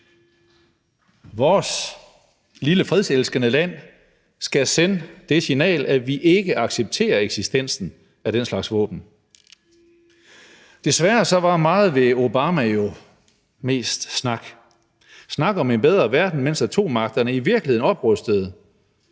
Vores lille fredselskende land skal sende det signal, at vi ikke accepterer eksistensen af den slags våben. Desværre var meget ved Obama jo mest snak – snak om en bedre verden, mens atommagterne i virkeligheden oprustede,